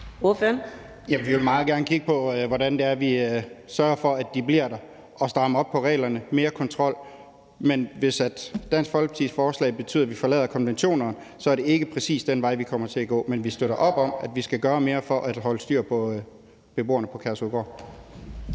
vi vil meget gerne kigge på, hvordan vi sørger for, at de bliver der, og at vi strammer op på reglerne og får mere kontrol, men hvis Dansk Folkepartis forslag betyder, at vi forlader konventionerne, er det ikke præcis den vej, vi kommer til at gå. Men vi støtter op om, at vi skal gøre mere for at holde styr på beboerne på Kærshovedgård.